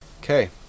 Okay